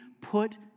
put